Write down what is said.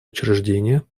учреждения